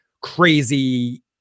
crazy